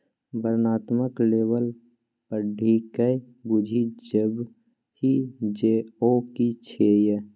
वर्णनात्मक लेबल पढ़िकए बुझि जेबही जे ओ कि छियै?